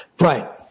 Right